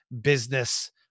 business